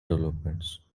developments